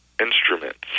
instruments